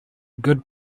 good